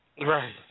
Right